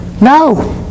No